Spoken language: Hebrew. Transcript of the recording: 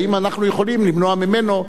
האם אנחנו יכולים למנוע ממנו?